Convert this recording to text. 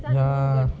ya